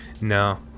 No